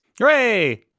Hooray